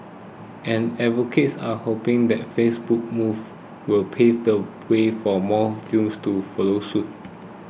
and advocates are hoping that Facebook's move will pave the way for more firms to follow suit